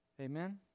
Amen